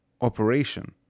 operation